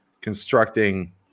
constructing